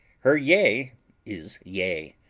her yea is yea,